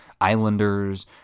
islanders